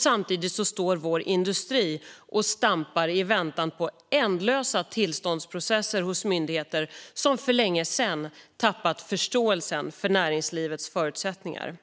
Samtidigt står industrin och stampar i väntan på ändlösa tillståndsprocesser hos myndigheter som för länge sedan tappat förståelsen för näringslivets förutsättningar.